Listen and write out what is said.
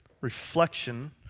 reflection